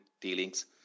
dealings